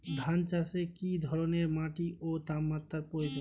ধান চাষে কী ধরনের মাটি ও তাপমাত্রার প্রয়োজন?